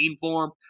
form